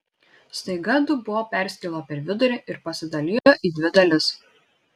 staiga dubuo perskilo per vidurį ir pasidalijo į dvi dalis